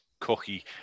cookie